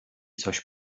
coś